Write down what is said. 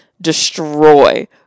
destroy